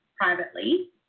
privately